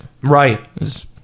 Right